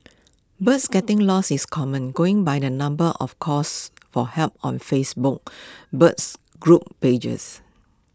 birds getting lost is common going by the number of calls for help on Facebook birds group pages